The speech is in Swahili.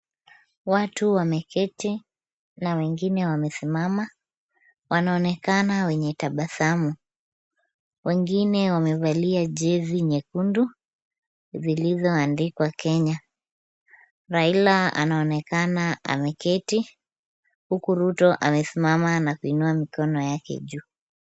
Watu wameketi na wengine wamesimama, wanaonekana wenye tabasamu. Wengine wamevalia jezi nyekundu zilizoandikwa Kenya. Raila anaonekana ameketi huku Ruto amesimama na kuinua mikono yake juu.